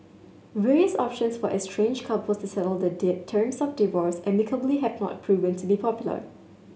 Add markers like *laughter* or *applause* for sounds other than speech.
various options for estranged couples to settle the *unintelligible* terms of divorce amicably have not proven to be popular